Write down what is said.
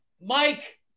Mike